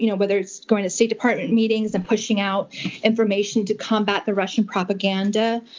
you know whether it's going to state department meetings and pushing out information to combat the russian propaganda,